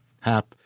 Hap